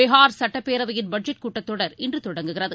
பீகார் சட்டப்பேரவையின் பட்ஜெட் கூட்டத்தொடர் இன்று தொடங்குகிறது